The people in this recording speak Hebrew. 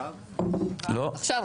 שבעה.